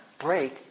break